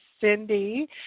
Cindy